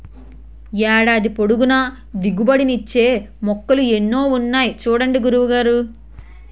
ఏడాది పొడుగునా దిగుబడి నిచ్చే మొక్కలు ఎన్నో ఉన్నాయి చూడండి గురువు గారు